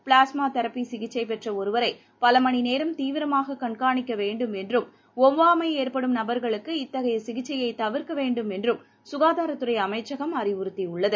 பிளாஸ்மாதெரப்பிசிகிச்சைபெற்றஒருவரை பலமணிநேரம் தீவிரமாககண்காணிக்கவேண்டும் என்றும் ஒவ்வாமைஏற்படும் நபர்களுக்கு இத்தகையசிகிச்சையைதவிர்க்கவேண்டும் என்றும் சுகாதாரத்துறைஅமைச்சகம் அறிவுறுத்தியுள்ளது